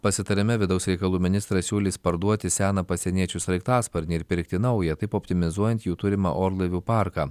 pasitarime vidaus reikalų ministrą siūlys parduoti seną pasieniečių sraigtasparnį ir pirkti naują taip optimizuojant jų turimą orlaivių parką